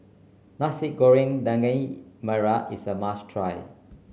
Nasi Goreng Daging Merah is a must try